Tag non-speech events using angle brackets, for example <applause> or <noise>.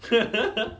<laughs>